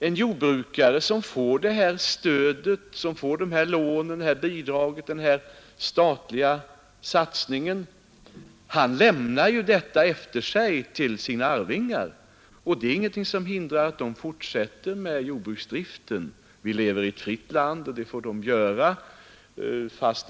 En jordbrukare som får det här stödet, de här lånen, det här bidraget, den här statliga satsningen lämnar ju detta efter sig till sina arvingar, och det är ingenting som hindrar att de fortsätter med jordbruksdriften. Vi lever i ett fritt land, och de får fortsätta driften.